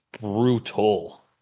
brutal